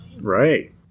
right